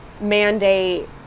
mandate